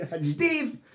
Steve